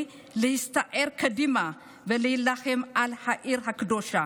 להסתער קדימה ולהילחם על העיר הקדושה